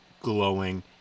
glowing